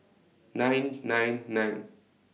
nine nine nine